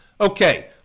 Okay